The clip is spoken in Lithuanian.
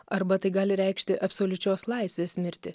arba tai gali reikšti absoliučios laisvės mirtį